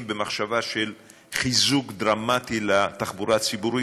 במחשבה של חיזוק דרמטי לתחבורה הציבורית.